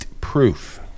proof